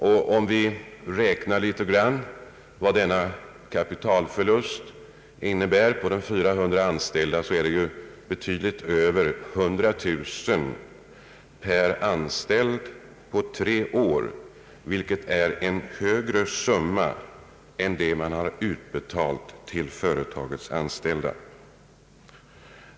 Kapitalförlusten uppgår till betydligt mer än 100 000 kronor per anställd — och det gäller ju 400 anställda — på tre år räknat, vilket är en högre summa än vad som har utbetalats till dessa anställda.